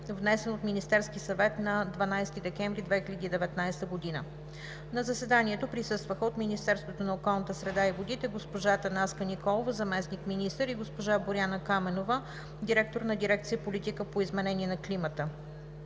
внесен от Министерския съвет на 12 декември 2019 г. На заседанието присъстваха – от Министерството на околната среда и водите: госпожа Атанаска Николова, заместник-министър, и госпожа Боряна Каменова, директор в дирекция „Политика по изменение на климата“;